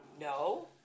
No